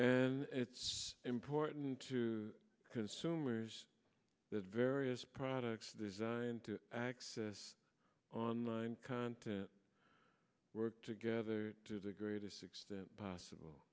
and it's important to consumers that various products designed to access online content work together to the greatest extent possible